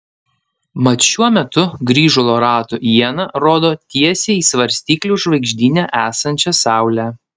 mat šiuo metu grįžulo ratų iena rodo tiesiai į svarstyklių žvaigždyne esančią saulę